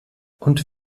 und